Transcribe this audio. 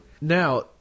Now